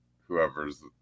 whoever's